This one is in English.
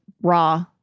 raw